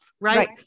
Right